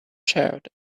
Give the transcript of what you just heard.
charred